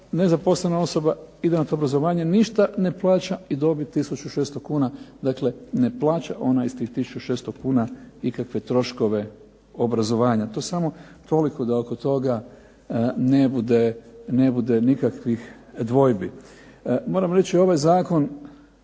nezaposlena osoba ide na obrazovanje ništa ne plaća i dobije tisuću 600 kuna. Dakle, ona ne plaća iz tih tisuću 600 kuna ikakve troškove obrazovanja. To samo toliko da oko toga ne bude nikakvih dvojbi. Moram reći ovaj zakon